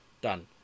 done